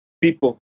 People